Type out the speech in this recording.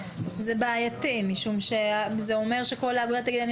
זה בעייתי משום שזה אומר שכל האגודות יגידו,